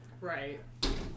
Right